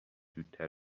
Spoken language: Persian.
زودتر